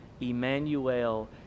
Emmanuel